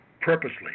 purposely